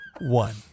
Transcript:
One